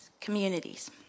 communities